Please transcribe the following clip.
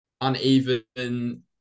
uneven